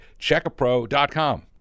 Checkapro.com